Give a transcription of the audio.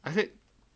I heard